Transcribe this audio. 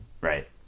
Right